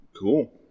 Cool